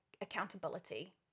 accountability